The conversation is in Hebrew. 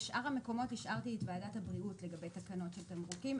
בשאר המקומות השארתי את ועדת הבריאות לגבי תקנות של תמרוקים,